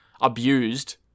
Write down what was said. abused